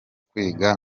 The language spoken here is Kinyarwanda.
kwiga